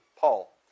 Paul